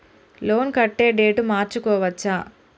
Loan కట్టే date మార్చుకోవచ్చా?